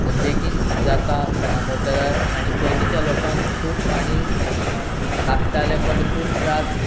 बेगीन जाता मोटरा आनी पयलींच्या लोकांक खूब पाणी लागताले पण खूब त्रास